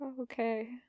Okay